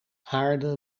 aarde